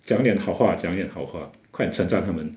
讲一点好话讲一点好话快点称赞他们